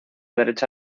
derecha